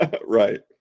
right